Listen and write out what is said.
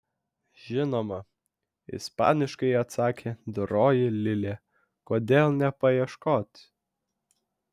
žinoma ispaniškai atsakė doroji lilė kodėl nepaieškot